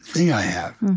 thing i have.